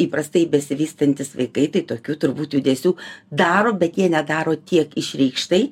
įprastai besivystantys vaikai tai tokių turbūt judesių daro bet jie nedaro tiek išreikštai